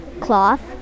cloth